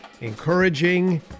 encouraging